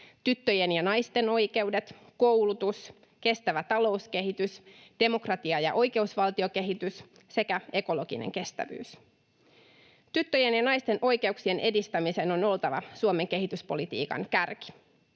tyttöjen ja naisten oikeudet, koulutus, kestävä talouskehitys, demokratia- ja oikeusvaltiokehitys sekä ekologinen kestävyys. Tyttöjen ja naisten oikeuksien edistämisen on oltava Suomen kehityspolitiikan kärki.